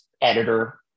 editor